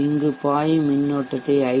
இங்கு பாயும் மின்னோட்டத்தை ஐ